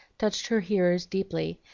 touched her hearers deeply,